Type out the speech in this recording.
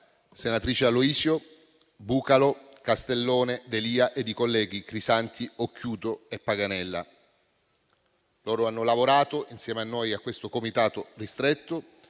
senatrici Aloisio, Bucalo, Castellone e D'Elia e i senatori Crisanti, Occhiuto e Paganella, che hanno lavorato insieme a noi al comitato ristretto